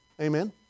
Amen